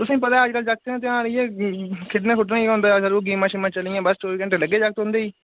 तुसेंगी पता अज्ज कल्ल जागतें दा ध्यान इये खेड्ढने खुड्ढने च के होंदा गेमां शेमां चली दियां बस चौबी घैंटे लग्गे दे जागत औंदे च ही